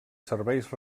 serveis